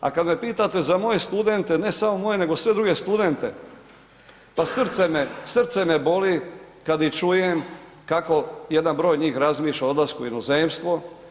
A kada me pitate za moje studente, ne samo moje nego i sve druge studente pa srce me boli kad ih čujem kako jedan broj njih razmišlja o odlasku u inozemstvo.